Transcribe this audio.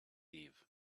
eve